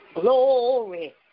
glory